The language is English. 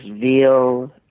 veal